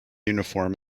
uniform